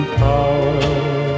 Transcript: power